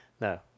No